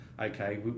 okay